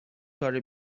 کار